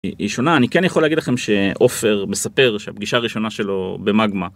היא שונה, אני כן יכול להגיד לכם שעופר מספר שהפגישה הראשונה שלו במגמה.